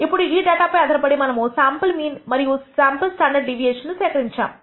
ఇప్పుడు ఈ డేటా పై ఆధారపడి మనము శాంపుల్ మీన్ మరియు శాంపుల్ స్టాండర్డ్ డీవియేషన్సేకరించాము